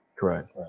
Correct